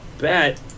bet